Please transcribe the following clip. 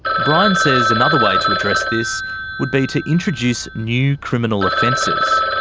brian says another way to address this would be to introduce new criminal offences.